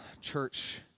church